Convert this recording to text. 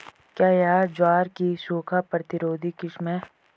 क्या यह ज्वार की सूखा प्रतिरोधी किस्म है?